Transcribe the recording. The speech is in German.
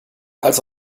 als